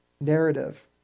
narrative